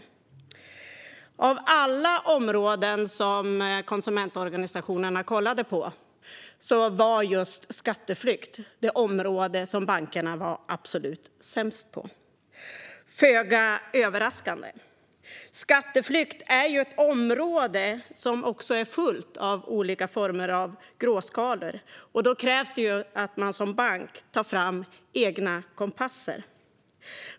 Av alla områden som konsumentorganisationerna kollade på var just skatteflykt det område som bankerna var absolut sämst på att motverka - föga överraskande. Skatteflykt är ju ett område som också är fullt av olika former av gråskalor, och då krävs det att man som bank tar fram egna kompasser.